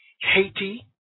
Haiti